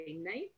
night